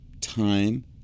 time